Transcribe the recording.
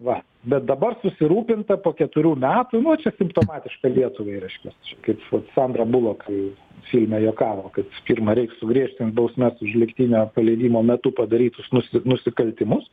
va bet dabar susirūpinta po keturių metų nu vat čia simptomatiška lietuvai reiškias čia kaip vat sandra bulok filme juokavo kad pirma reik sugriežtint bausmes už lygtinio paleidimo metu padarytus nusi nusikaltimus